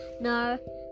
No